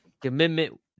Commitment